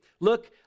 Look